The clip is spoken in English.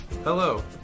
hello